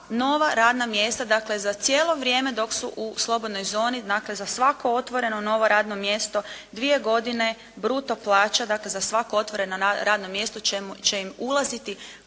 nova radna mjesta dakle za cijelo vrijeme dok su u slobodnoj zoni dakle za svako otvoreno novo radno mjesto dvije godine bruto plaća, dakle za svako otvoreno radno mjesto će im ulaziti